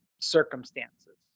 circumstances